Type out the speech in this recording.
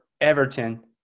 Everton